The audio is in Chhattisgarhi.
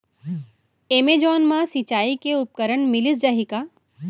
एमेजॉन मा सिंचाई के उपकरण मिलिस जाही का?